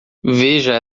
veja